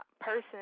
person